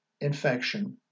infection